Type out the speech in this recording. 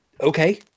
okay